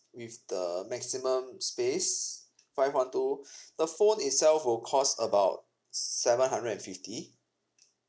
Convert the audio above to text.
with the maximum space five one two the phone itself will cost about s~ seven hundred and fifty